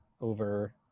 over